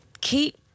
keep